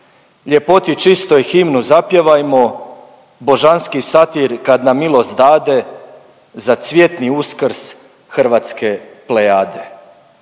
Ljepoti čistoj himnu zapjevajmo, Božanski Satir kad nam milost dade za cvjetni Uskrs hrvatske Plejade.